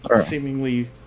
seemingly